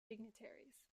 dignitaries